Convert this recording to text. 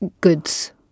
goods